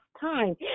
time